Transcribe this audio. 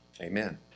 Amen